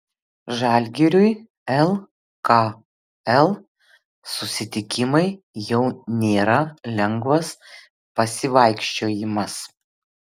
žalgiriui lkl susitikimai jau nėra lengvas pasivaikščiojimas